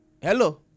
Hello